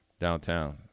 Downtown